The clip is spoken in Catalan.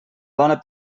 dona